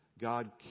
God